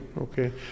okay